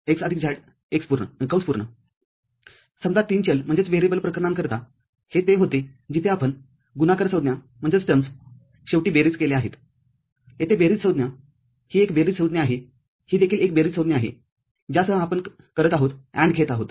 x z समजा तीन चल प्रकरणांकरिता हे ते होते जिथे आपण गुणाकार संज्ञा शेवटी बेरीज केल्या आहेत येथेबेरीज संज्ञाही एक बेरीज संज्ञा आहेही देखील एक बेरीज संज्ञा आहे ज्यासह आपण करत आहोत AND घेत आहोत